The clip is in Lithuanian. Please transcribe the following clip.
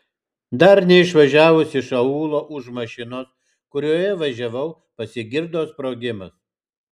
dar neišvažiavus iš aūlo už mašinos kurioje važiavau pasigirdo sprogimas